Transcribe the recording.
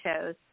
shows